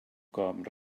cop